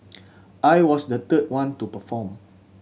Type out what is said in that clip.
I was the third one to perform